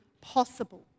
possible